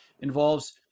involves